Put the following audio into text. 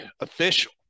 official –